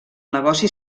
negoci